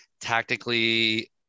tactically